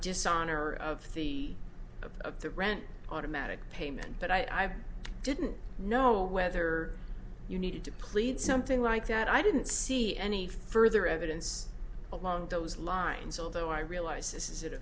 dishonor of the of the rent automatic payment but i didn't know whether you needed to plead something like that i didn't see any further evidence along those lines although i realize this is at a